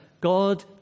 God